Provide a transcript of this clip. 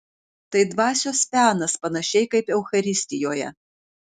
tai dvasios penas panašiai kaip eucharistijoje